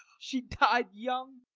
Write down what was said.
she died young.